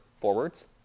forwards